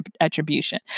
attribution